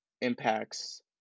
impacts